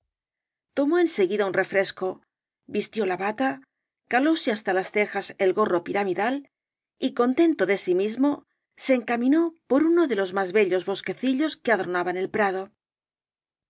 tomó en seguida un refresco vistió la bata calóse hasta las cejas el gorro piramidal y contento de sí mismo se encaminó por uno de los más bellos bosquecillos que adornaban el prado